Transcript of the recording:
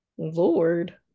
Lord